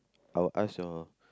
I will ask your